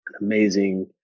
amazing